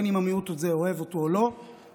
בין שהמיעוט הזה אוהב אותו ובין שלא,